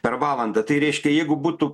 per valandą tai reiškia jeigu būtų